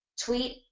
tweet